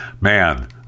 man